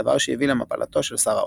דבר שהביא למפלתו של שר האופל.